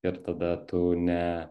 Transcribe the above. ir tada tu ne